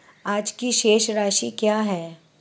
आज की शेष राशि क्या है?